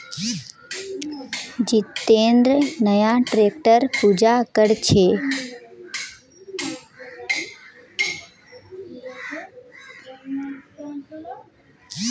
जितेंद्र नया ट्रैक्टरेर पूजा कर छ